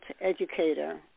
educator